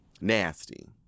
Nasty